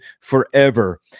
forever